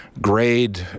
grade